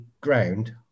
ground